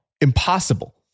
impossible